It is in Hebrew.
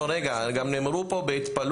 לא, רגע, גם נאמרו פה בהתפעלות,